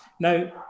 Now